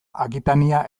akitania